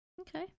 Okay